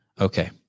Okay